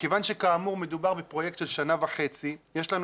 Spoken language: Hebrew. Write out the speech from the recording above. מכיוון שכאמור מדובר בפרויקט של שנה וחצי יש לנו